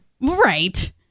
Right